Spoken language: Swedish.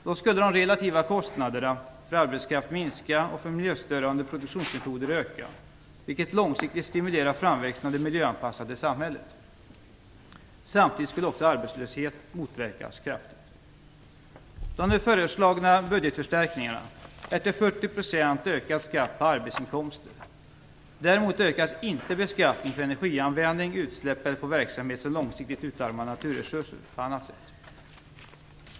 Då skulle de relativa kostnaderna för arbetskraft minska och för miljöstörande produktionsmetoder öka, vilket långsiktigt stimulerar framväxten av det miljöanpassade samhället. Samtidigt skulle också arbetslöshet motverkas kraftigt. De nu föreslagna budgetförstärkningarna är till 40 % ökad skatt på arbetsinkomster. Däremot ökas inte beskattningen på energianvändning, på utsläpp eller på verksamhet som långsiktigt utarmar naturresurser på annat sätt.